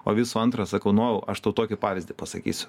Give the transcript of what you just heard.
o visų antra sakau nojau aš tau tokį pavyzdį pasakysiu